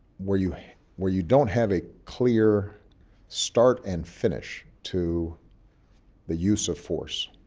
where you where you don't have a clear start and finish to the use of force.